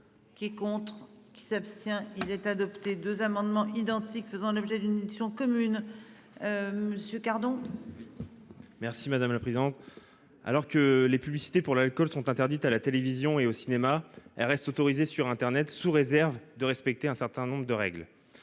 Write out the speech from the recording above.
Qui contre qui s'abstient. Il est adopté 2 amendements identiques, faisant l'objet d'une édition commune. Monsieur Cardot. Merci madame la présidente. Alors que les publicités pour l'alcool sont interdites à la télévision et au cinéma, elle reste autorisée sur Internet sous réserve de respecter un certain nombre de règles.